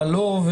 מה לא עובד,